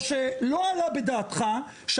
או שלא עלה בדעתך,